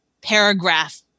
paragraph